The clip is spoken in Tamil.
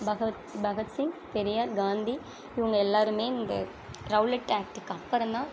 பகவத் பகத்சிங் பெரியார் காந்தி இவங்க எல்லாருமே இந்த ரௌலட் ஆக்டுக்கு அப்புறந்தான்